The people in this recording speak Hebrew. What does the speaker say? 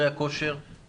הכי פשוט שיש בעולם.